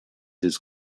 his